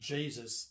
Jesus